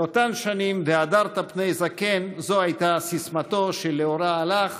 באותן שנים "והדרת פני זקן" זו הייתה סיסמתו ,שלאורה הלך,